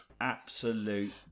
Absolute